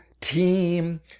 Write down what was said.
team